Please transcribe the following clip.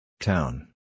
Town